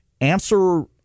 answer